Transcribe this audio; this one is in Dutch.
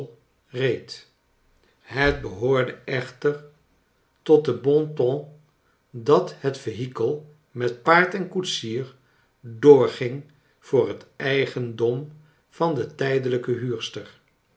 reed het behoorde echter tot den bon ton dat het vehikel met paard en koetsier doorging voor het eigendom van de tijdelijke huurster